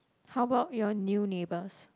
how about your new neighbours